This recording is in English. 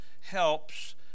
helps